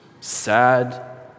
sad